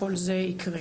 כל זה יקרה.